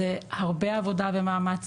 זה הרבה עבודה וממאמץ,